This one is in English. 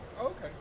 okay